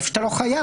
אתה לא חייב.